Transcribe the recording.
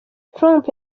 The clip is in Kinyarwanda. trump